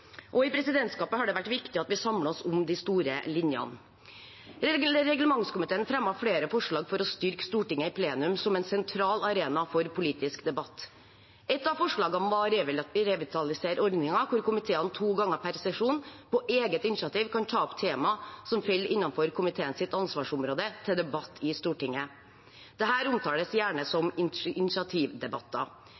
og i presidentskapet har det vært viktig at vi samler oss om de store linjene. Reglementskomiteen fremmet flere forslag for å styrke Stortinget i plenum som en sentral arena for politisk debatt. Et av forslagene var å revitalisere ordningen med at komiteen to ganger per sesjon på eget initiativ kan ta opp temaer som faller innenfor komiteens ansvarsområde, til debatt i Stortinget. Dette omtales gjerne som